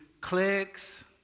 clicks